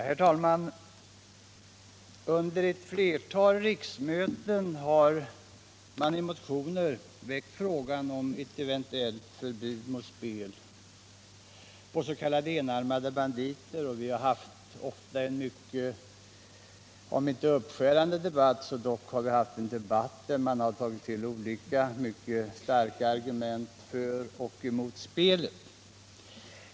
Herr talman! Under ett flertal riksmöten har motioner väckts i frågan om ett eventuellt förbud mot spel på s.k. enarmade banditer, och vi har ofta haft en debatt som kanske inte varit uppskärrande men som dock tagit upp olika mycket starka argument för och emot spelet.